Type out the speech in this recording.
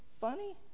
funny